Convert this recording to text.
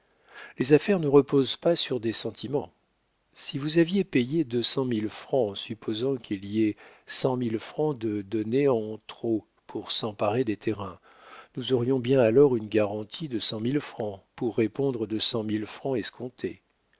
les affaires ne reposent pas sur des sentiments si vous aviez payé deux cent mille francs en supposant qu'il y ait cent mille francs de donnés en trop pour s'emparer des terrains nous aurions bien alors une garantie de cent mille francs pour répondre de cent mille francs escomptés